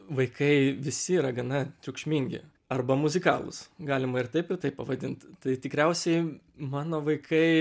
vaikai visi yra gana triukšmingi arba muzikalūs galima ir taip ir taip pavadint tai tikriausiai mano vaikai